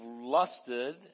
lusted